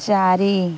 ଚାରି